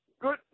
good